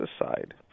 aside